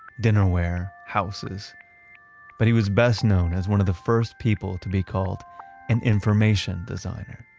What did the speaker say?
dinnerware, houses but he was best known as one of the first people to be called an information designer.